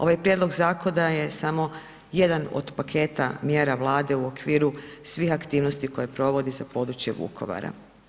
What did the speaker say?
Ovaj prijedlog zakona je samo jedan od paketa mjera Vlade u okviru svih aktivnosti koje provodi za područje Vukovara.